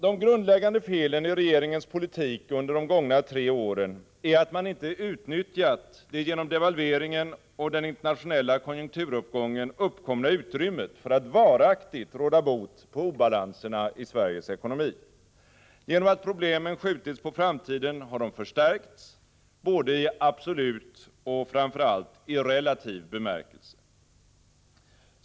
De grundläggande felen i regeringens politik under de gångna tre åren är att man inte utnyttjat det genom devalveringen och den internationella konjunkturuppgången uppkomna utrymmet för att varaktigt råda bot på obalanserna i Sveriges ekonomi. Genom att problemen skjutits på framtiden har de förstärkts både i absolut och framför allt i relativ bemärkelse.